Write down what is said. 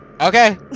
Okay